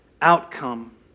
outcome